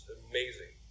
amazing